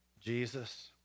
Jesus